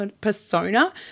persona